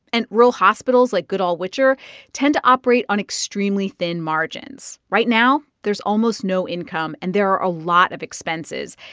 and rural hospitals like goodall-witcher tend to operate on extremely thin margins. right now, there's almost no income, and there are a lot of expenses.